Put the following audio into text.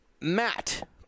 Matt